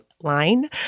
line